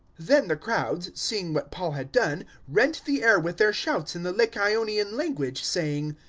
then the crowds, seeing what paul had done, rent the air with their shouts in the lycaonian language, saying,